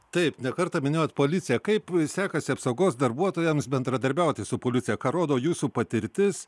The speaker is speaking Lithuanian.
taip ne kartą minėjot policiją kaip sekasi apsaugos darbuotojams bendradarbiauti su policija ką rodo jūsų patirtis